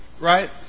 right